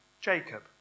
Jacob